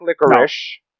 licorice